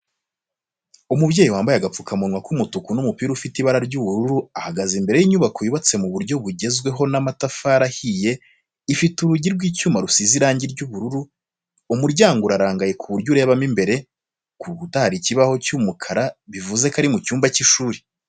Umubyeyi wambaye agapfukamunwa k'umutuku n'umupira ufite ibara ry'ubururu ahagaze imbere y'inyubako yubatse mu buryo bugezweho n'amatafari ahiye ifite urugi rw'icyuma rusize irangi ry'ubururu, umuryango urarangaye ku buryo urebamo imbere, ku rukuta hari ikibaho cy'umukara bivuze ko ari mu cyumba cy'ishuri.